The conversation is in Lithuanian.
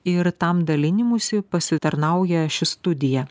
ir tam dalinimuisi pasitarnauja ši studija